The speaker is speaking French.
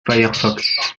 firefox